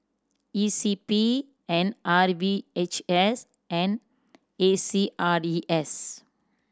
E C P and R V H S and A C R E S